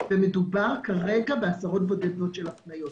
ומדובר כרגע בהצהרות בודדות של הפניות.